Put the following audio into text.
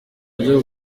ajya